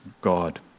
God